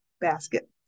basket